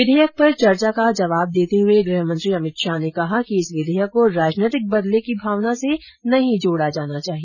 विधेयक पर चर्चा का जवाब देते हुए गृहमंत्री अमित शाह ने कहा कि इस विधेयक को राजनीतिक बदले की भावना से नहीं जोड़ा जाना चाहिए